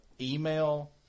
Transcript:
Email